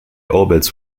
orbits